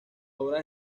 obras